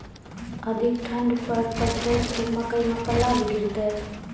अधिक ठंड पर पड़तैत मकई मां पल्ला भी गिरते?